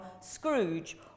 Scrooge